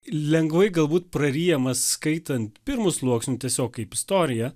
lengvai galbūt praryjamas skaitant pirmu sluoksniu tiesiog kaip istoriją